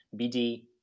BD